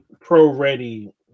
pro-ready